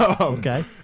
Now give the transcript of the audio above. okay